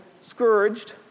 scourged